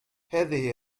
هذه